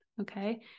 okay